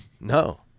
No